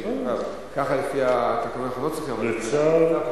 כך לפי התקנון אנחנו לא צריכים, אבל,